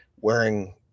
wearing